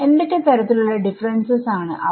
എന്തൊക്കെ തരത്തിൽ ഉള്ള ഡിഫറെൻസസ് ആണ് അവ